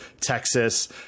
Texas